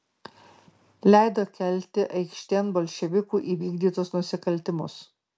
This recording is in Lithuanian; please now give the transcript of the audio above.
leido kelti aikštėn bolševikų įvykdytus nusikaltimus